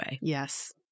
Yes